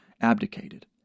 abdicated